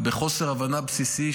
בחוסר הבנה בסיסי,